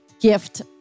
gift